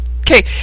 Okay